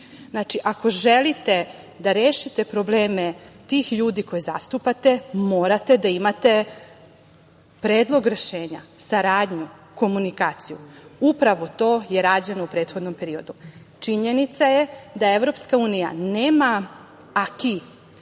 Znači, ako želite da rešite probleme tih ljudi koje zastupate morate da imate predlog rešenja, saradnju, komunikaciju. Upravo to je rađeno u prethodnom periodu. Činjenica je da EU nema AKI,